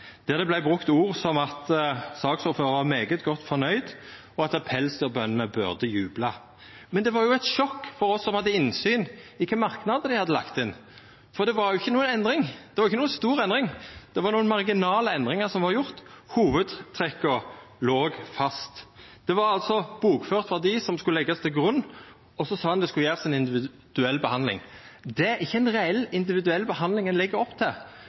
der det vart brukt ord som at saksordføraren var svært godt fornøgd, og at pelsdyrbøndene burde jubla. Men det var eit sjokk for oss som hadde innsyn i kva merknader dei hadde lagt inn. Det var ikkje noka stor endring. Det var nokre marginale endringar som var gjorde. Hovudtrekka låg fast. Det var bokført verdi som skulle leggjast til grunn, og så sa han at det skulle gjerast ei individuell behandling. Det er ikkje ei reell individuell behandling ein legg opp til,